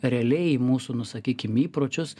realiai mūsų nu sakykim įpročius